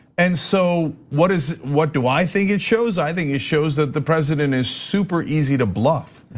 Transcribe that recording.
and so what is what do i think it shows? i think it shows that the president is super easy to bluff.